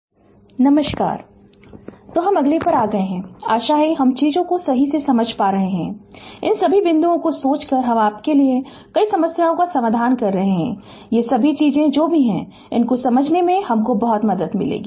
Fundamentals of Electrical Engineering Prof Debapriya Das Department of Electrical Engineering Indian Institute of Technology Kharagpur Lecture 27 Capacitors Inductors Contd तो हम अगले पर आ गये है आशा है कि हम चीजों को सही से समझ पा रहे हैं और इन सभी बिंदुओं को सोचकर हम आपके लिए कई समस्याओं का समाधान कर रहे है ये सभी चीजें जो भी हैं इनको समझने में आपको बहुत मदद मिलेगी